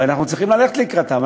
ואנחנו צריכים ללכת לקראתם.